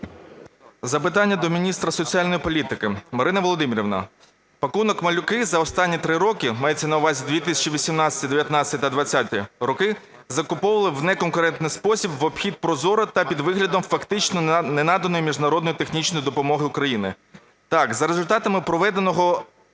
Запитання до міністра соціальної політики. Марина Володимирівна, "пакунок малюка" за останні 3 роки (мається на увазі 2018, 2019 та 2020 роки) закуповували в неконкурентний спосіб, в обхід ProZorro та під виглядом фактично ненаданої міжнародної технічної допомоги Україні. Так, за результатами проведеного